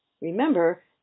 Remember